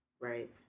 Right